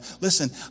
Listen